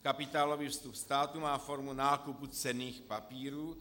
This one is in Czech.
Kapitálový vstup státu má formu nákupu cenných papírů.